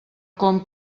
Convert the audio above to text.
com